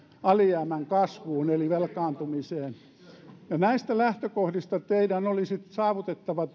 alijäämän kasvuun eli velkaantumiseen ja näistä lähtökohdista teidän olisi saavutettava